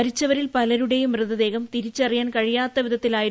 മരിച്ചവരിൽ പലരുടെയും മൃതദേഹം തിരിച്ചറിയാൻ കഴിയാത്ത വിധത്തിലായിരുന്നു